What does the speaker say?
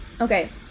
Okay